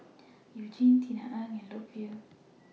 YOU Jin Tisa Ng and Loke Yew